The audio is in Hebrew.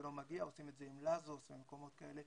שלא מגיעים, עושים את זה עם --- ובמקומות כאלה,